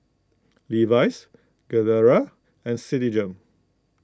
Levi's Gilera and Citigem